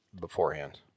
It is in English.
beforehand